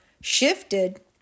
shifted